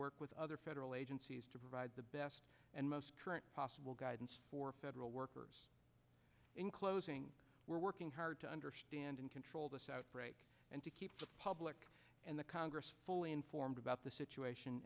work with other federal agencies to provide the best and most current possible guidance for federal workers in closing we're working hard to understand and control this outbreak and to keep the public and the congress fully informed about the situation